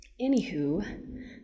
anywho